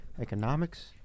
economics